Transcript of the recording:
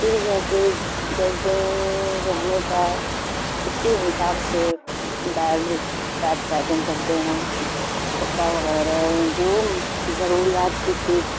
پھر جا کے دس دن رہنے کا اس کے حساب سے بیگ بیگ پیکنگ کرتے ہیں کپڑا وغیرہ جو ضروریات کی چیز